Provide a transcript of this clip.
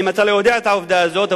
אם אתה לא יודע את העובדה הזאת,